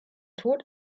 tod